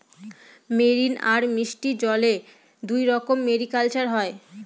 marine আর মিষ্টি জলে দুইরকম মেরিকালচার হয়